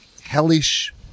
hellish